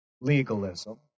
legalism